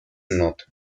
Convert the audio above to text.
nord